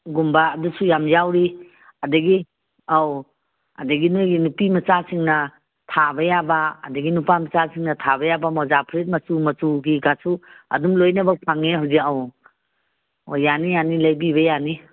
ꯒꯨꯝꯕ ꯑꯗꯨꯁꯨ ꯌꯥꯝ ꯌꯥꯎꯔꯤ ꯑꯗꯒꯤ ꯑꯧ ꯑꯗꯒꯤ ꯅꯣꯏꯒꯤ ꯅꯨꯄꯤ ꯃꯆꯥꯁꯤꯡꯅ ꯊꯥꯕ ꯌꯥꯕ ꯑꯗꯒꯤ ꯅꯨꯄꯥ ꯃꯆꯥꯁꯤꯡꯅ ꯊꯥꯕ ꯌꯥꯕ ꯃꯣꯖꯥ ꯐꯨꯔꯤꯠ ꯃꯆꯨ ꯃꯆꯨꯒꯤꯒꯁꯨ ꯑꯗꯨꯝ ꯂꯣꯏꯅꯃꯛ ꯐꯪꯉꯦ ꯍꯧꯖꯤꯛ ꯑꯧ ꯑꯣ ꯌꯥꯅꯤ ꯌꯥꯅꯤ ꯂꯩꯕꯤꯕ ꯌꯥꯅꯤ